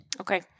Okay